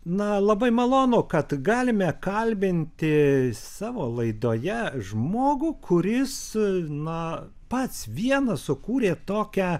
na labai malonu kad galime kalbinti savo laidoje žmogų kuris na pats vienas sukūrė tokią